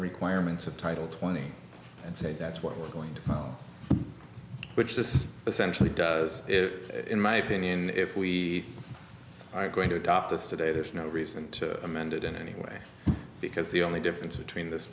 requirements of title twenty and say that's what we're going to which this essentially does it in my opinion if we are going to adopt this today there's no reason to amend it in any way because the only difference between this